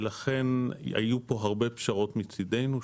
ולכן היו פה הרבה פשרות מצידנו,